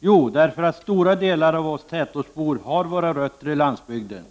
Jo, därför att stora delar av oss tätortsbor har våra rötter i landsbygden.